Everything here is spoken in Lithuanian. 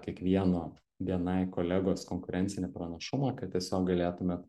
kiekvieno bni kolegos konkurencinį pranašumą kad tiesiog galėtumėt